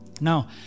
now